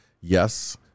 Yes